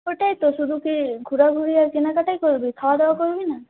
ওটাই তো শুধু কি ঘোরাঘুরি আর কেনাকাটিই করবি খাওয়াদাওয়া করবি না